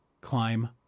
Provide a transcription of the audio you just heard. Climb